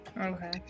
Okay